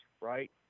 right